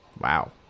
Wow